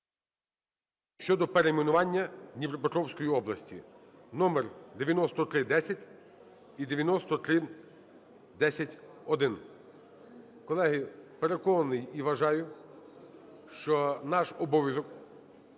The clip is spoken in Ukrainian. (щодо перейменування Дніпропетровської області) (№ 9310 і 9310-1). Колеги, переконаний і вважаю, що наш обов'язок